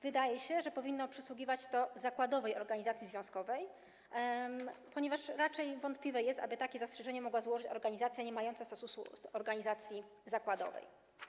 Wydaje się, że powinno to przysługiwać zakładowej organizacji związkowej, ponieważ raczej wątpliwe jest, aby takie zastrzeżenie mogła złożyć organizacja niemająca statusu organizacji zakładowej.